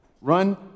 Run